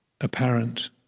apparent